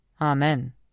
Amen